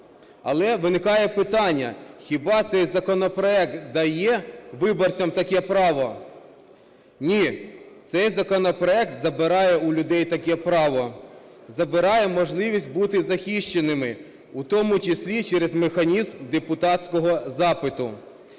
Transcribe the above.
Але виникає питання, хіба цей законопроект дає виборцям таке право? Ні, цей законопроект забирає у людей таке право, забирає можливість бути захищеними, у тому числі через механізм депутатського запиту.